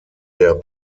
der